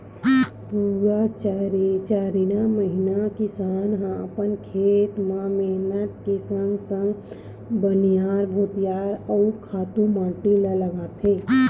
पुरा चारिन महिना किसान ह अपन खेत म मेहनत के संगे संग बनिहार भुतिहार अउ खातू माटी ल लगाथे